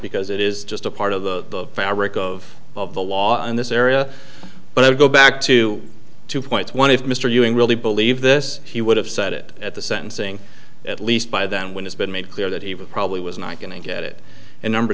because it is just a part of the fabric of of the law in this area but i go back to two points one if mr ewing really believed this he would have said it at the sentencing at least by then when it's been made clear that he was probably was not going to get it and number